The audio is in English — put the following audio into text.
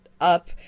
up